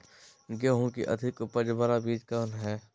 गेंहू की अधिक उपज बाला बीज कौन हैं?